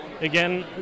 again